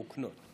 מוקנות.